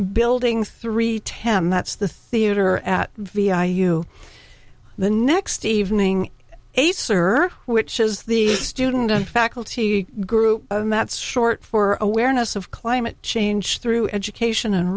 building three ten that's the theater at vi you the next evening acer which is the student faculty group that's short for awareness of climate change through education